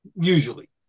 usually